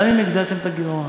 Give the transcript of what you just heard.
גם אם הגדלתם את הגירעון,